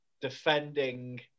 defending